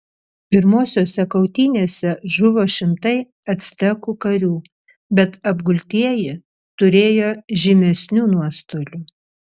pirmosiose kautynėse žuvo šimtai actekų karių bet apgultieji turėjo žymesnių nuostolių